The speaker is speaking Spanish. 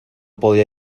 podía